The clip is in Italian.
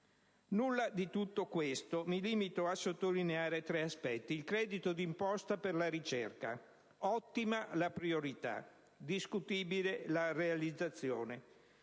Nulla di tutto questo. Mi limito a sottolineare tre aspetti. In primo luogo, il credito d'imposta per la ricerca: ottima la priorità, ma discutibile la realizzazione.